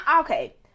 Okay